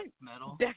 Metal